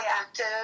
active